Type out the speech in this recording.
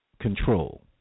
control